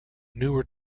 newer